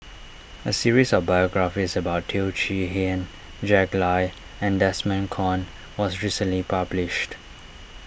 a series of biographies about Teo Chee Hean Jack Lai and Desmond Kon was recently published